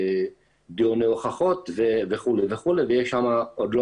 דיוני הוכחות וכו' וכו' ויש שם עוד לא